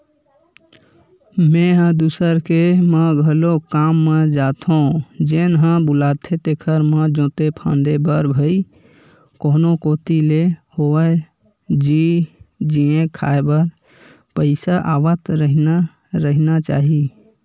मेंहा दूसर के म घलोक काम म जाथो जेन ह बुलाथे तेखर म जोते फांदे बर भई कोनो कोती ले होवय जीए खांए बर पइसा आवत रहिना चाही